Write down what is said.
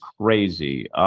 crazy